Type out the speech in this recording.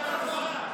הצבעה, טוב.